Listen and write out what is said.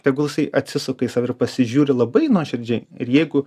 tegul jisai atsisuka į save ir pasižiūri labai nuoširdžiai ir jeigu